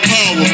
Power